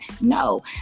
No